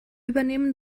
übernehmen